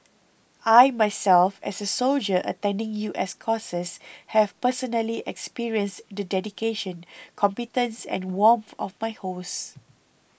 I myself as a soldier attending U S courses have personally experienced the dedication competence and warmth of my hosts